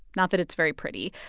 not that it's very pretty.